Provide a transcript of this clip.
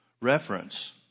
reference